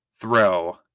throw